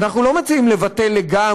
ואף לבטל היתר,